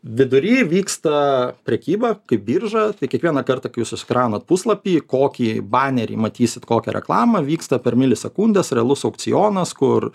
vidury vyksta prekyba kaip birža tai kiekvieną kartą kai jūs užkraunat puslapį kokį banerį matysit kokią reklamą vyksta per milisekundes realus aukcionas kur